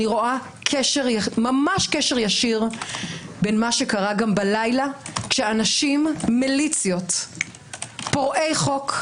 אני רואה ממש קשר ישיר בין מה שקרה בלילה כשאנשים מליציות פורעי חוק,